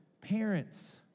parents